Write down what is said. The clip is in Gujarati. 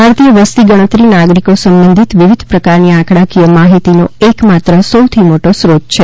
ભારતીય વસ્તી ગણતરી નાગરિકો સંબંધિત વિવિધ પ્રકારની આંકડાકીય માહિતીનો એકમાત્ર સૌથી મોટો સ્રોત છે